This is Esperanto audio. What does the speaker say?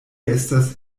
estas